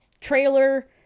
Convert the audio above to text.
trailer